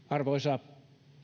arvoisa